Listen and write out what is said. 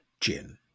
gin